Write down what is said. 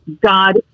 God